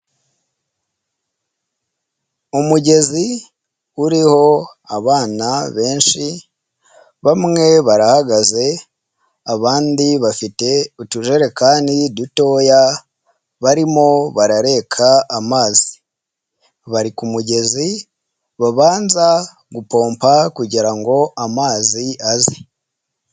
Umugezi uriho abana benshi, bamwe barahagaze, abandi bafite utujerekani dutoya, barimo barareka amazi. Bari ku mugezi babanza gupompa kugira ngo amazi aze.